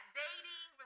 dating